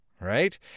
right